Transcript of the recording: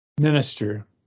Minister